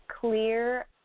clear